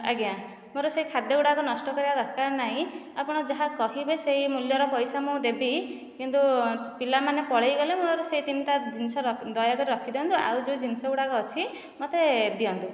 ଆଜ୍ଞା ମୋର ସେଇ ଖାଦ୍ୟଗୁଡ଼ିକ ନଷ୍ଟ କରିବା ଦରକାର ନାହିଁ ଆପଣ ଯାହା କହିବେ ସେଇ ମୂଲ୍ୟର ପଇସା ମୁଁ ଦେବି କିନ୍ତୁ ପିଲାମାନେ ପଳାଇଗଲେ ମୋର ସେହି ତିନିଟା ଜିନିଷ ଦୟାକରି ରଖିଦିଅନ୍ତୁ ଆଉ ଯେଉଁ ଜିନିଷଗୁଡ଼ିକ ଅଛି ମୋତେ ଦିଅନ୍ତୁ